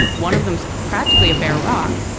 one of them is practically a bare rock,